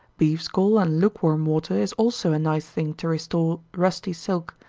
beef's gall and lukewarm water is also a nice thing to restore rusty silk,